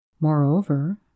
Moreover